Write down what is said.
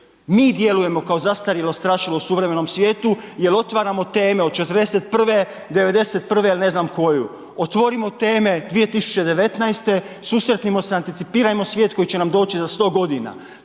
Mi djelujemo kao zastarjelo strašilo u suvremenom svijetu jer otvaramo teme od 41., 91. ili ne znam koju. Otvorimo teme 2019., susretnimo se, anticipirajmo svijet koji će nam doći za 100 godina.